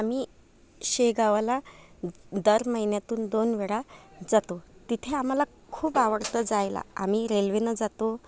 आम्ही शेगावाला दर महिन्यातून दोनवेळा जातो तिथे आम्हाला खूप आवडतं जायला आम्ही रेल्वेनं जातो